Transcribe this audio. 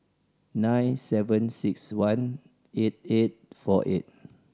nine seven six one eight eight four eight